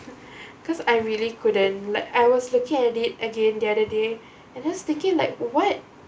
because I really couldn't like I was looking at it again the other day and just thinking like what